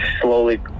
slowly